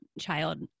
child